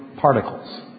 particles